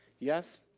yes,